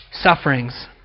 sufferings